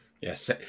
yes